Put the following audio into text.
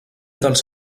dels